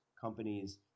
Companies